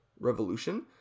Revolution